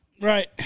Right